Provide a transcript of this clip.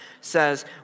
says